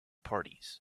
parties